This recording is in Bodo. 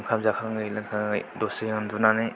ओंखाम जाखाङै लोंखाङै दसे उन्दुनानै